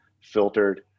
filtered